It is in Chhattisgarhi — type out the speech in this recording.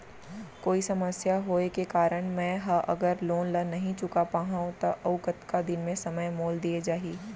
कोई समस्या होये के कारण मैं हा अगर लोन ला नही चुका पाहव त अऊ कतका दिन में समय मोल दीये जाही?